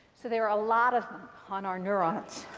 so there are a lot of them on our neurons.